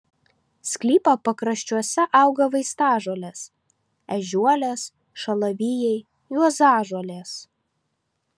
sklypo pakraščiuose auga vaistažolės ežiuolės šalavijai juozažolės